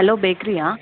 hello bakery ఆ